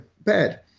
bad